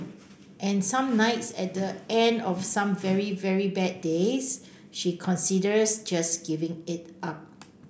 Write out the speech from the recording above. and some nights at the end of some very very bad days she considers just giving it up